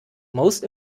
most